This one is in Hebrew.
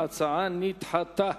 ההצעה נדחתה.